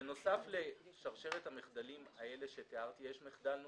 בנוסף לשרשרת המחדלים הזאת שתיארתי, יש מחדל נוסף: